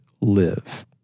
Live